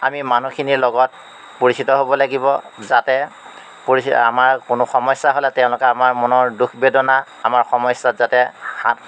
আমি মানুহখিনিৰ লগত পৰিচিত হ'ব লাগিব যাতে পৰিচিত আমাৰ কোনো সমস্যা হ'লে তেওঁলোকে আমাৰ মনৰ দুখ বেদনা আমাৰ সমস্যাত যাতে হাত